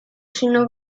sino